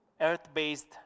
Earth-based